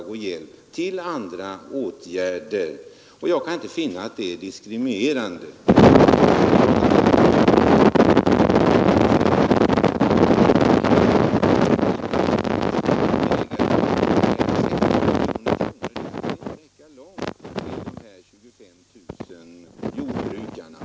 Det behövs säkerligen ett hundratal miljoner kronor om man skall kunna klara detta för 25 000 jordbrukare.